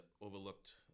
overlooked